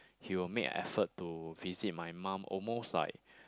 he'll make effort to visit my mom almost like